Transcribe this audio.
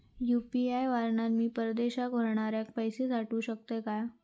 UPI वापरान मी परदेशाक रव्हनाऱ्याक पैशे पाठवु शकतय काय?